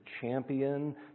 champion